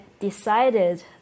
decided